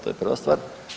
To je prva stvar.